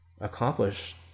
accomplish